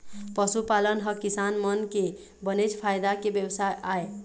पशुपालन ह किसान मन के बनेच फायदा के बेवसाय आय